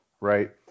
right